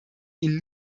ihn